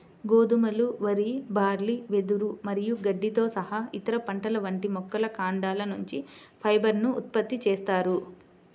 గోధుమలు, వరి, బార్లీ, వెదురు మరియు గడ్డితో సహా ఇతర పంటల వంటి మొక్కల కాండాల నుంచి ఫైబర్ ను ఉత్పత్తి చేస్తారు